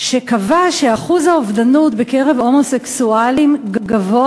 שקבע שאחוז האובדנות בקרב הומוסקסואלים גבוה